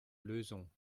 lösung